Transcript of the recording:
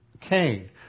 Cain